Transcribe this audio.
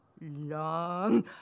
long